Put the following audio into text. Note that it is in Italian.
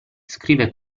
scrive